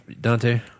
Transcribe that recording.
Dante